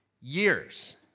years